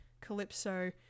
Calypso